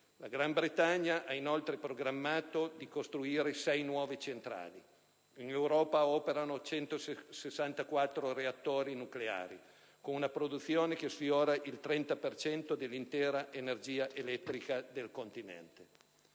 La Gran Bretagna ha inoltre programmato di costruire sei nuove centrali. In Europa operano 164 reattori nucleari, con una produzione che sfiora il 30 per cento dell'intera energia elettrica del continente.